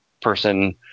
person